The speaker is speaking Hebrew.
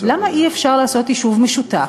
למה אי-אפשר לעשות יישוב משותף?